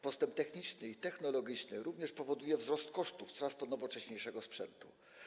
Postępy techniczny i technologiczny również powodują wzrost kosztów coraz to nowocześniejszego sprzętu.